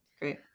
Great